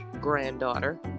granddaughter